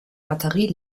batterie